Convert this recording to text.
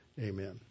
Amen